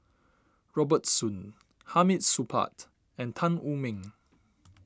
Robert Soon Hamid Supaat and Tan Wu Meng